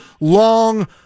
long